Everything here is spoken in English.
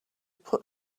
put